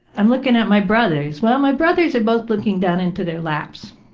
i'm looking at my brothers. well, my brothers are both looking down into their laps,